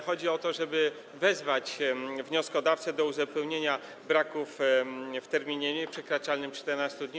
Chodzi o to, żeby wezwać wnioskodawcę do uzupełnienia braków w terminie nieprzekraczalnym 14 dni.